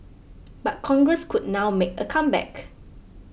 but Congress could now make a comeback